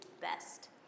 best